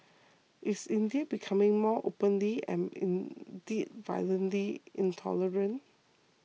is India becoming more openly and indeed violently intolerant